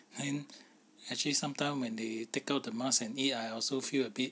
and actually sometime when they take out the mask and eat I also feel a bit